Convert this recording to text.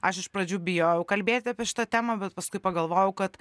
aš iš pradžių bijojau kalbėti apie šitą temą bet paskui pagalvojau kad